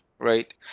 Right